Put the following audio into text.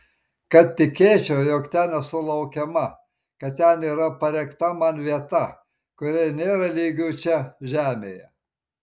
kad tikėčiau jog ten esu laukiama kad ten yra parengta man vieta kuriai nėra lygių čia žemėje